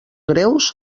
greus